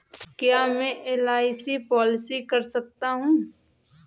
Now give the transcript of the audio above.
क्या मैं LIC policy कर सकता हूं?